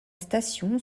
station